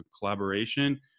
collaboration